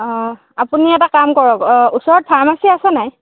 অ' আপুনি এটা কাম কৰক ওচৰত ফাৰ্মাচী আছে নাই